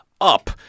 up